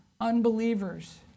unbelievers